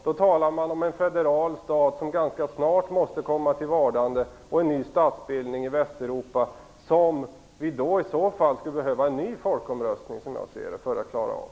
Då talar man om en federal stat som ganska snart måste komma till vardande och om en ny statsbildning i Västeuropa som i så fall skulle kräva en ny folkomröstning hos oss.